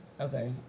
Okay